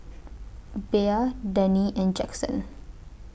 Bea Dani and Jaxon